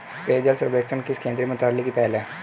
पेयजल सर्वेक्षण किस केंद्रीय मंत्रालय की पहल है?